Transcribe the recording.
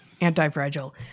anti-fragile